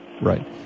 Right